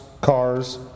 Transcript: cars